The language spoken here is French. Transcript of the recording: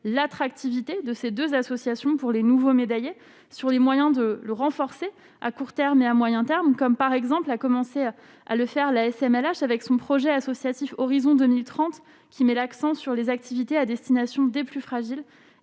l'attractivité de ces 2 associations pour les nouveaux médaillés sur les moyens de le renforcer à court terme, mais à moyen terme, comme par exemple, a commencé à le faire, la SML H avec son projet associatif, horizon 2030, qui met l'accent sur les activités à destination des plus fragiles